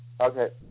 Okay